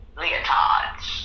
leotards